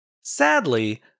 Sadly